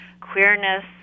queerness